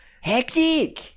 Hectic